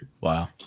Wow